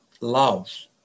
love